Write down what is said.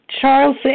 Charles